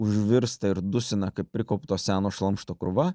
užvirsta ir dusina kaip prikaupto seno šlamšto krūva